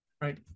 Right